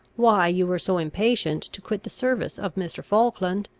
why you were so impatient to quit the service of mr. falkland,